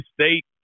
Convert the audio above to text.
State